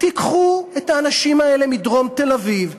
תיקחו את האנשים האלה מדרום תל-אביב,